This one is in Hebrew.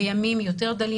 בימים יותר דלים,